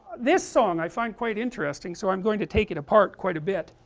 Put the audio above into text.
this song i find quite interesting so i am going to take it apart quite a bit,